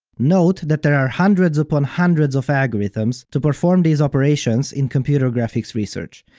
note that there are hundreds upon hundreds of algorithms to perform these operations in computer graphics research.